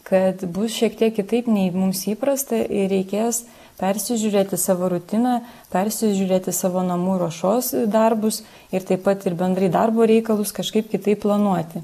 kad bus šiek tiek kitaip nei mums įprasta ir reikės persižiūrėti savo rutiną persižiūrėti savo namų ruošos darbus ir taip pat ir bendrai darbo reikalus kažkaip kitaip planuoti